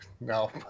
no